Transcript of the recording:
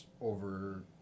over